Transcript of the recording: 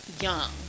young